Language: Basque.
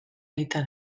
aita